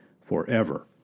forever